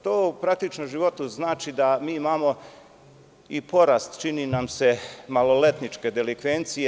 To u praktičnom životu znači da mi imamo i porast, čini nam se, maloletničke delikvencije.